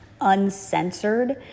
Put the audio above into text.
uncensored